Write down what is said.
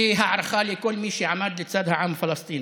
ולכן אני שב ואומר: יש לי הערכה לכל מי שעמד לצד העם הפלסטיני,